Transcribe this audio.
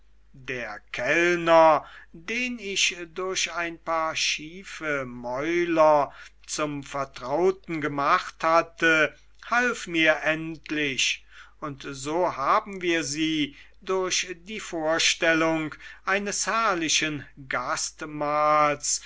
der kellner den ich durch ein paar schiefe mäuler zum vertrauten gemacht hatte half mir endlich und so haben wir sie durch die vorstellung eines herrlichen